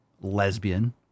lesbian